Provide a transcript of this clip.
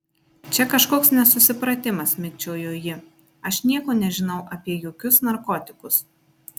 čia kažkoks nesusipratimas mikčiojo ji aš nieko nežinau apie jokius narkotikus